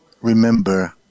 remember